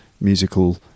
musical